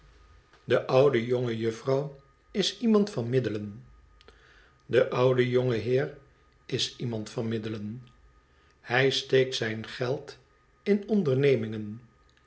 de oude jonge juffrouw is iemand van middelen de oude jonge heer is iemand van middelen hij steekt zijn geld in ondernemingen